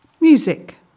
Music